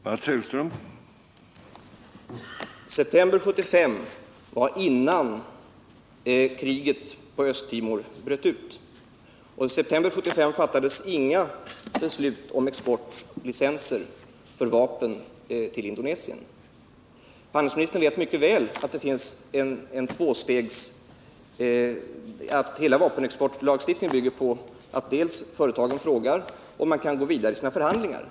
Herr talman! September 1975 var en tid innan kriget på Östtimor bröt ut. I september 1975 fattades inga beslut om exportlicenser för vapen till Indonesien. Handelsministern vet mycket väl att hela vapenexportlagstiftningen bygger på två steg. Det första steget är att företagen frågar om de kan gå vidare i sina förhandlingar.